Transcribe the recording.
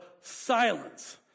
silence